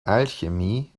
alchemy